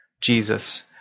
Jesus